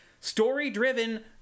story-driven